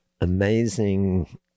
amazing